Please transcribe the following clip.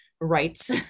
rights